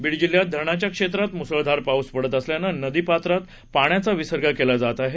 बीड जिल्ह्यात धरणाच्या क्षेत्रात मुसळधार पाऊस पडत असल्यानं नदी पात्रात पाण्याचा विसर्ग केला जात आहे